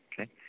Okay